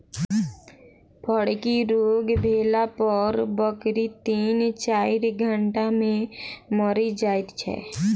फड़की रोग भेला पर बकरी तीन चाइर घंटा मे मरि जाइत छै